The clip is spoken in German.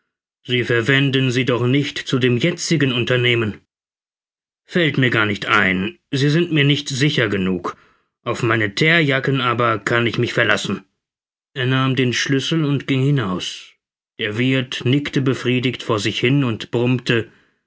sie verwenden sie doch nicht zu dem jetzigen unternehmen fällt mir gar nicht ein sie sind mir nicht sicher genug auf meine theerjacken aber kann ich mich verlassen er nahm den schlüssel und ging hinaus der wirth nickte befriedigt vor sich hin und brummte